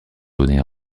données